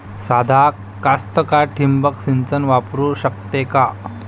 सादा कास्तकार ठिंबक सिंचन वापरू शकते का?